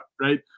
right